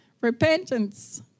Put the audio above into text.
repentance